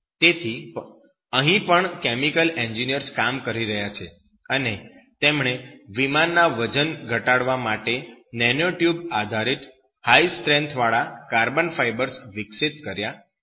તેથી અહીં પણ કેમિકલ એન્જિનિયર્સ કામ કરી રહ્યા છે અને તેમણે વિમાનના વજન ઘટાડવા માટે નેનોટ્યુબ આધારિત હાઈ સ્ટ્રેંથ વાળા કાર્બન ફાયબર્સ વિકસિત કર્યા છે